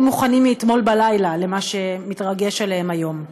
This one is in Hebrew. מוכנים מאתמול בלילה למה שהתרגש עליהם היום.